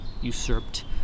usurped